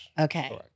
Okay